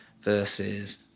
versus